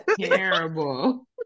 Terrible